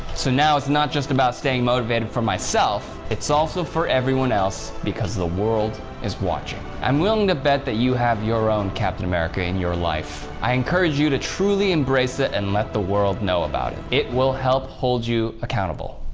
so now it's not just about staying motivated for myself, it's also for everyone else because the world is watching. i'm willing to bet that you have your own captain america in your life. i encourage you to truly embrace it and let the world know about it. it will help hold you accountable.